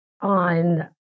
on